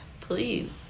Please